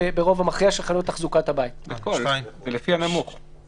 אין הצדקה לסגור את כל המשק ואת כל העולם לפני שמערכת הבריאות קורסת.